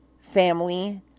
family